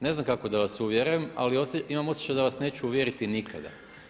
Ne znam kako da vas uvjerim ali imam osjećaj da vas neću uvjeriti nikada.